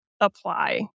apply